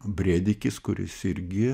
brėdikis kuris irgi